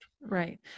Right